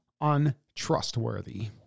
untrustworthy